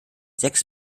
sechs